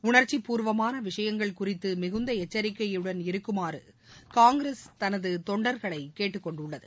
உணர்ச்சிபூர்வமான விஷயங்கள் குறித்து மிகுந்த எச்சரிக்கையுடன் இருக்குமாறு காங்கிரஸ் தனது தொண்டர்களை கேட்டுக்கொண்டுள்ளது